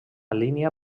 línia